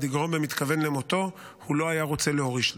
יגרום במתכוון למותו הוא לא היה רוצה להוריש לו.